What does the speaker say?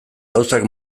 gauzak